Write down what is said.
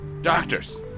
Doctors